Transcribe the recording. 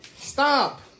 Stop